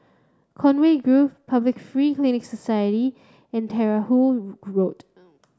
Conway Grove Public Free Clinic Society and Terahu Road